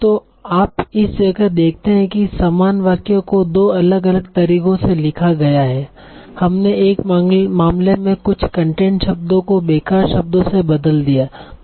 तो आप इस जगह देखते हैं कि समान वाक्य को 2 अलग अलग तरीकों से लिखा गया है हमने एक मामले में कुछ कंटेंट शब्दों को बेकार शब्दों से बदल दिया है